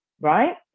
right